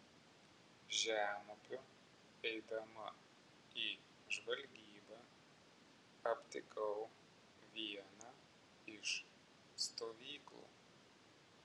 žemupiu eidama į žvalgybą aptikau vieną iš stovyklų